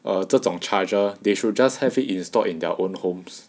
err 这种 charger they should just have it installed in their own homes